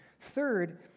Third